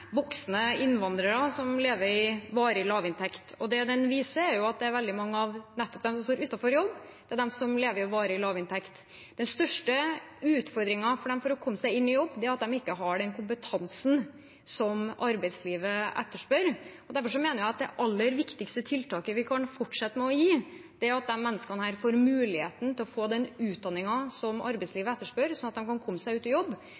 voksne innvandrere som lever i varig lavinntekt. Det den viser, er at det er veldig mange av nettopp dem som står utenfor jobb, som lever i varig lavinntekt. Den største utfordringen for dem for å komme seg ut i jobb, er at de ikke har den kompetansen som arbeidslivet etterspør. Derfor mener jeg at det aller viktigste tiltaket vi kan fortsette å gi, er at disse menneskene får muligheten til å få den utdanningen som arbeidslivet etterspør, slik at de kan komme seg ut i jobb.